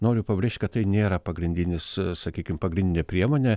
noriu pabrėžt kad tai nėra pagrindinis sakykim pagrindinė priemonė